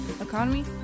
economy